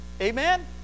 Amen